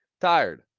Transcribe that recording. tired